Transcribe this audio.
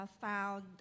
found